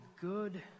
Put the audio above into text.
good